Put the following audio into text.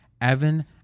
Evan